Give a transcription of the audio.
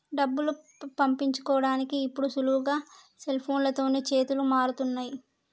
డబ్బులు పంపించుకోడానికి ఇప్పుడు సులువుగా సెల్ఫోన్లతోనే చేతులు మారుతున్నయ్